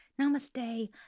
Namaste